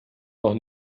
noch